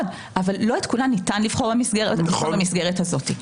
אבל לא את כולם ניתן לבחון במסגרת הזאת.